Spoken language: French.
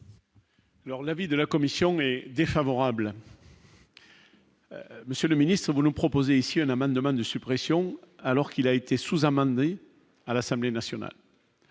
l'avis de la commission mais défavorable. Monsieur le ministre, vous nous proposez, si un amendement de suppression, alors qu'il a été sous-amendé à nationale.